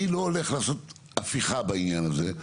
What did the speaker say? אני לא הולך לעשות הפיכה בעניין הזה,